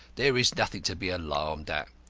there is nothing to be alarmed at.